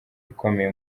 ikomeye